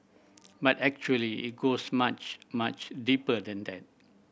but actually it goes much much deeper than that